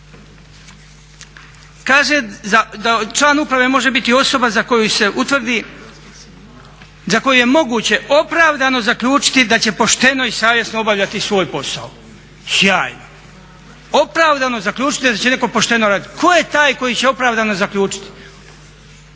Kaže da član uprave može biti osoba za koju se utvrdi, za koju je moguće opravdano zaključiti da će pošteno i savjesno obavljati svoj posao. Sjajno! Opravdano zaključiti da će netko pošteno raditi. Tko je taj koji će opravdano zaključiti?